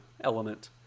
element